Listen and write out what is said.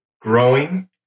growing